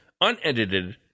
unedited